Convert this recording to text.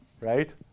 right